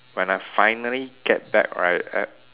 when I finally get back right err